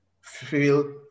feel